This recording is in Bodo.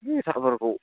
बेटाफोरखौ